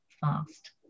fast